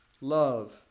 Love